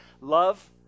Love